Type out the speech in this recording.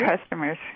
customers